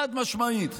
חד-משמעית.